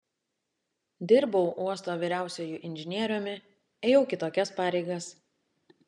dirbau uosto vyriausiuoju inžinieriumi ėjau kitokias pareigas